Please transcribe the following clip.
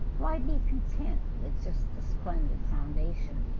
why be content with just the splendid foundation,